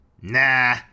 nah